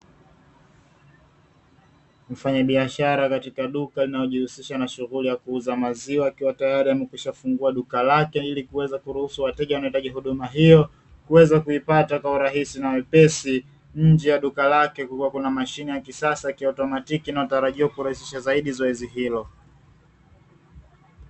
Mfanyabiashara katika duka linalo jihusisha na shughuli ya kuuza maziwa akiwa tayari amekwisha fungua duka lake ili kuweza kuruhusu wateja wanao hitaji huduma hiyo, kuweza kuipata kwa urahisi na wepesi. Nje ya duka lake kukiwa kuna mashine ya kisasa ya kiautomatiki inayotarajiwa kurahisisha zaidi zoezi hilo.